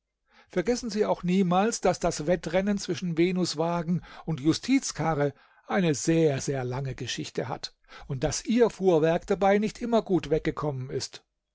vergessen sie auch niemals daß das wettrennen zwischen venuswagen und justizkarre eine sehr sehr lange geschichte hat und daß ihr fuhrwerk dabei nicht immer gut weggekommen ist